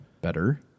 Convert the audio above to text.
better